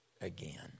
again